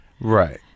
Right